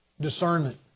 discernment